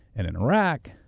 and in iraq,